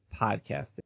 podcasting